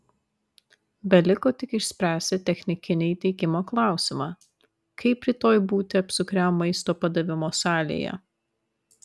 beliko tik išspręsti technikinį įteikimo klausimą kaip rytoj būti apsukriam maisto padavimo salėje